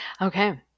Okay